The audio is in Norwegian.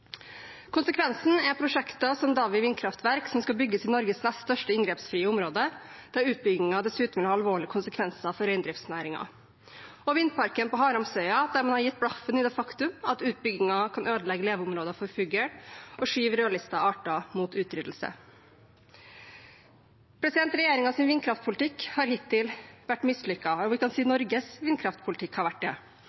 Konsekvensen er prosjekter som Davvi vindkraftverk, som skal bygges i Norges nest største inngrepsfrie område, der utbyggingen dessuten vil ha alvorlige konsekvenser for reindriftsnæringen, og vindparken på Haramsøya, der man har gitt blaffen i det faktum at utbyggingen kan ødelegge leveområder for fugl og skyve rødlistede arter mot utryddelse. Regjeringens vindkraftpolitikk har hittil vært mislykket, og vi kan si